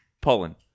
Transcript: Poland